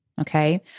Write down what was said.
Okay